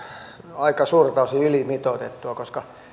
aika suurelta osin ylimitoitettua koska